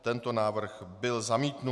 Tento návrh byl zamítnut.